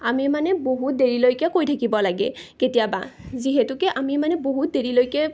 আমি মানে বহুত দেৰিলৈকে কৈ থাকিব লাগে কেতিয়াবা যিহেতুকে আমি মানে বহুত দেৰিলৈকে